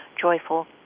joyful